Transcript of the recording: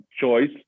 choice